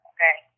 Okay